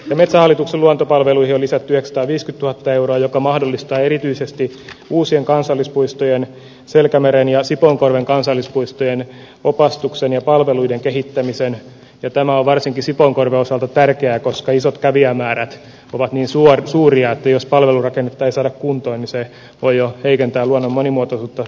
metsähallituksen luontopalveluihin lisättyä stadistittua peura joka mahdollistaa erityisesti uusien kansallispuistojen selkämeren ja sipoonkorven kansallispuistojen opastuksen ja palveluiden kehittämiseen ja tämä on varsinkin sipoonkorven osalta tärkeää koska isot kävijämäärät ovat nisula suuria jos palvelurakennetta ei saada kuntoon se voi jo heikentää luonnon monimuotoisuutta